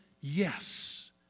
Yes